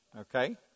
Okay